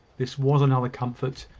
this was another comfort,